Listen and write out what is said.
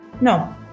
No